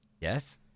Yes